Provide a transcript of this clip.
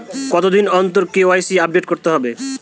কতদিন অন্তর KYC update করতে হবে?